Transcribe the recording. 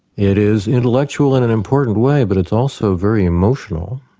it is intellectual in an important way, but it's also very emotional.